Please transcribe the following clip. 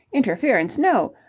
interference, no.